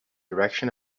direction